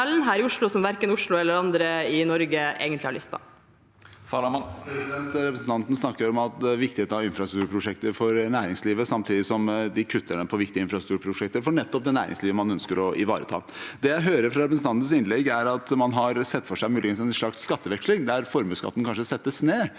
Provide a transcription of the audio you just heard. her i Oslo, som verken Oslo eller andre i Norge egentlig har lyst på. Mahmoud Farahmand (H) Represen- tanten snakker om viktigheten av infrastrukturprosjekter for næringslivet, samtidig som de kutter ned på viktige infrastrukturprosjekter for nettopp det næringslivet man ønsker å ivareta. Det jeg hører ut fra representantens innlegg, er at man muligens har sett for seg en slags skatteveksling, der formuesskatten kanskje settes ned,